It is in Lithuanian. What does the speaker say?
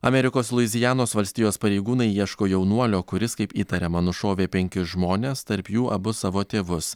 amerikos luizianos valstijos pareigūnai ieško jaunuolio kuris kaip įtariama nušovė penkis žmones tarp jų abu savo tėvus